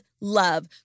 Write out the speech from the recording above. love